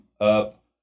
up